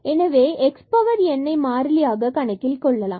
எனவே இதனை x power nஐ மாறிலியாக கணக்கில் கொள்ளலாம்